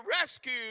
rescue